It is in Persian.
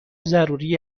ضروری